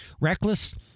reckless